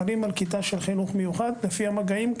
חלים על כיתה של חינוך מיוחד לפי המגעים,